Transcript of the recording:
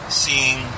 seeing